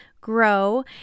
grow